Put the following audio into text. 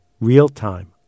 real-time